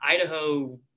idaho